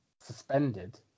suspended